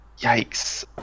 Yikes